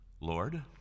Lord